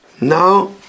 Now